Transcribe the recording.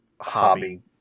hobby